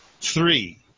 Three